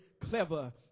clever